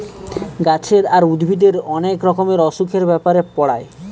গাছের আর উদ্ভিদের অনেক রকমের অসুখের ব্যাপারে পড়ায়